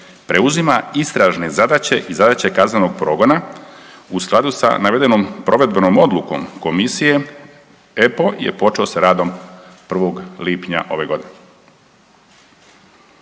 preuzima istražne zadaće i zadaće kaznenog progona. U skladu sa navedenom provedbenom odlukom komisije EPPO je počeo sa radom 1. lipnja ove godine.